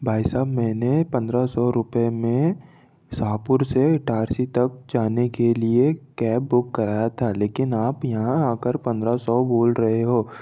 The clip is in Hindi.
भाई साहब मैंने पंद्रह सौ रुपये में शाहपुर से इटारसी तक जाने के लिए कैब बुक कराया था लेकिन आप यहाँ आकर पंद्रह सौ बोल रहे हो